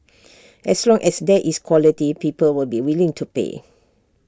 as long as there is quality people will be willing to pay